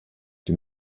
die